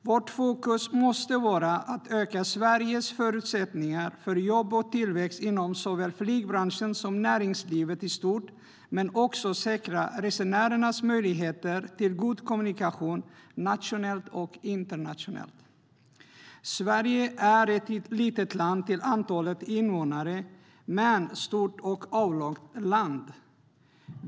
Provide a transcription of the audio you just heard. Vårt fokus måste vara att öka Sveriges förutsättningar för jobb och tillväxt inom såväl flygbranschen som näringslivet i stort men också säkra resenärernas möjligheter till god kommunikation nationellt och internationellt. Sverige är ett litet land till antalet invånare men ett stort och avlångt land.